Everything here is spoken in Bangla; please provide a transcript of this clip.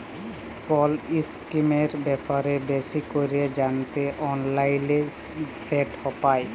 কল ইসকিমের ব্যাপারে বেশি ক্যরে জ্যানতে অললাইলে সেট পায়